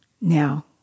now